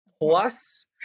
plus